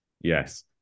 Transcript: yes